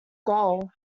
goal